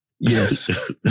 Yes